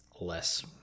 less